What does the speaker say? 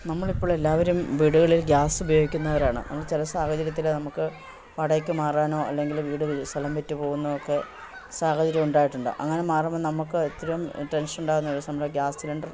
നമ്മളിപ്പോൾ എല്ലാവരും വീടുകളിൽ ഗ്യാസ് ഉപയോഗിക്കുന്നവരാണ് നമ്മൾ ചില സാഹചര്യത്തിൽ നമുക്ക് വാടകയ്ക്ക് മാറാനോ അല്ലെങ്കിൽ വീട് സ്ഥലം വിറ്റ് പോകുന്നതൊക്കെ സാഹചര്യം ഉണ്ടായിട്ടുണ്ട് അങ്ങനെ മാറുമ്പോൾ നമുക്ക് അത്രയും ടെൻഷൻ ഉണ്ടാവുന്ന ഒരു സംഭവം ഗ്യാസ് സിലിണ്ടർ